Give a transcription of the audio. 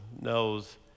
knows